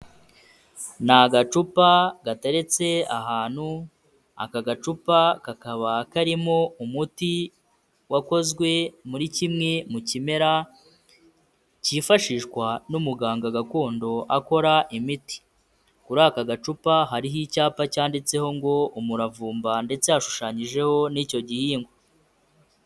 Ni agacupa gateretse ahantu, aka gacupa kakaba karimo umuti wakozwe muri kimwe mu kimera kifashishwa n'umuganga gakondo akora imiti. Kuri aka gacupa hariho icyapa cyanditseho ngo:"Umuravumba" ndetse hashushanyijeho n'icyo gihingwa.